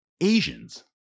Asians